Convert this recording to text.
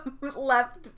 left